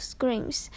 Screams